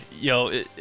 yo